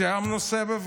סיימנו סבב,